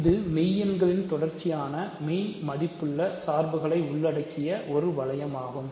இது மெய் எண்களில் தொடர்ச்சியான மெய் மதிப்புள்ள சார்புகளை உள்ளடக்கிய ஒரு வளையமாகும்